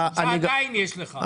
שעתיים יש לך.